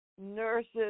nurses